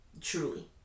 Truly